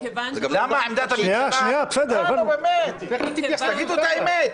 למה עמדת הממשלה תגידו את האמת.